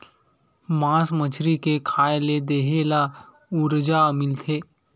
मास मछरी के खाए ले देहे ल उरजा मिलथे